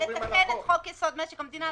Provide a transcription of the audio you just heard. ולתקן את חוק-יסוד: משק המדינה,